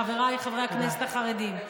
חבריי חברי הכנסת החרדים.